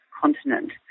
continent